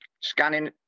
scanning